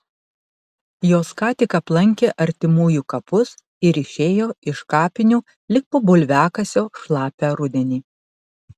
jos ką tik aplankė artimųjų kapus ir išėjo iš kapinių lyg po bulviakasio šlapią rudenį